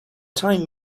time